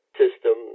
system